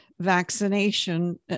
Vaccination